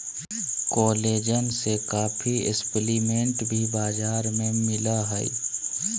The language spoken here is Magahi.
कोलेजन के काफी सप्लीमेंट भी बाजार में मिल हइ